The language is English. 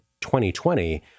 2020